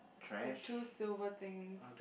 like two silver things